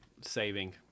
...saving